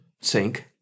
sink